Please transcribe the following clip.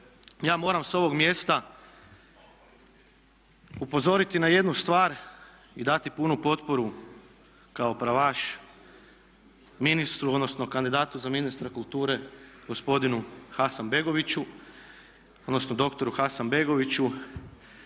ja moram sa ovog mjesta upozoriti na jednu stvar i dati punu potporu kao pravaš ministru, odnosno kandidatu za ministra kulture gospodinu Hasanbegoviću, odnosno doktoru Hasanbegoviću.